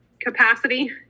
capacity